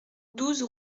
douze